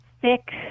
thick